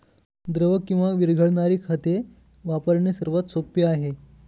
द्रव किंवा विरघळणारी खते वापरणे सर्वात सोपे आहे